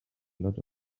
lot